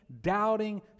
doubting